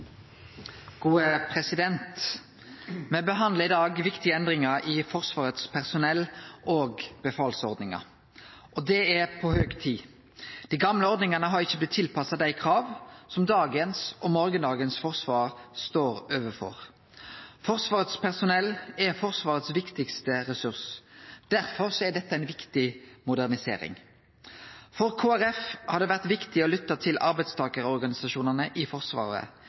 på høg tid. Dei gamle ordningane har ikkje blitt tilpassa dei krava som dagens og morgondagens forsvar står overfor. Forsvarets personell er Forsvarets viktigaste ressurs. Derfor er dette ei viktig modernisering. For Kristeleg Folkeparti har det vore viktig å lytte til arbeidstakarorganisasjonane i Forsvaret,